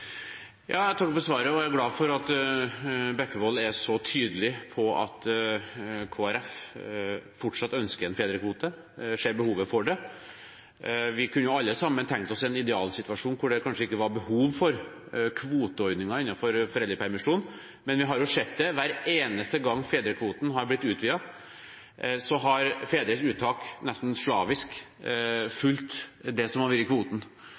Jeg takker for svaret og er glad for at representanten Bekkevold er så tydelig på at Kristelig Folkeparti fortsatt ønsker en fedrekvote, at de ser behovet for det. Vi kunne alle sammen tenkt oss en idealsituasjon der det kanskje ikke var behov for kvoteordninger innenfor foreldrepermisjon, men vi har jo sett at hver eneste gang fedrekvoten har blitt utvidet, så har fedres uttak nesten slavisk fulgt det som har vært kvoten.